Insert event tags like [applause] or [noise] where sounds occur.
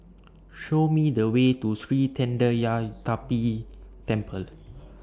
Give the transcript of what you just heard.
[noise] Show Me The Way to Sri Thendayuthapani Temple